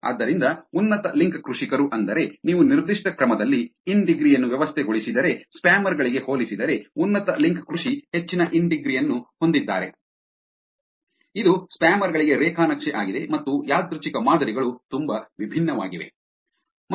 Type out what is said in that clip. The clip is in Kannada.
ಆದ್ದರಿಂದ ಉನ್ನತ ಲಿಂಕ್ ಕೃಷಿಕರು ಅಂದರೆ ನೀವು ನಿರ್ದಿಷ್ಟ ಕ್ರಮದಲ್ಲಿ ಇನ್ ಡಿಗ್ರಿ ಯನ್ನು ವ್ಯವಸ್ಥೆಗೊಳಿಸಿದರೆ ಸ್ಪ್ಯಾಮರ್ ಗಳಿಗೆ ಹೋಲಿಸಿದರೆ ಉನ್ನತ ಲಿಂಕ್ ಕೃಷಿ ಹೆಚ್ಚಿನ ಇನ್ ಡಿಗ್ರಿ ಯನ್ನು ಹೊಂದಿದ್ದಾರೆ ಇದು ಸ್ಪ್ಯಾಮರ್ ಗಳಿಗೆ ರೇಖಾ ನಕ್ಷೆ ಆಗಿದೆ ಮತ್ತು ಯಾದೃಚ್ಛಿಕ ಮಾದರಿಗಳು ತುಂಬಾ ವಿಭಿನ್ನವಾಗಿವೆ ಮತ್ತು ಸಿ